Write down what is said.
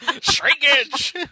Shrinkage